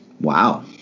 Wow